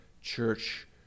church